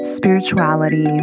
Spirituality